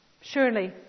Surely